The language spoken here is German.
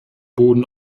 boden